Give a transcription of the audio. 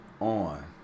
on